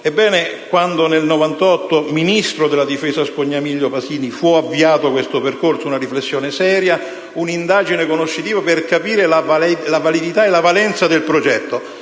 Ebbene, quando nel 1998 (il ministro della difesa era Scognamiglio Pasini), fu avviato questo percorso, vi furono una riflessione seria e un'indagine conoscitiva per capire la validità e la valenza del progetto.